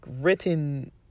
written